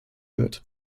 wird